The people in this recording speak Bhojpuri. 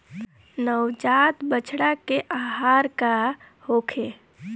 नवजात बछड़ा के आहार का होखे?